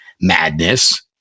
madness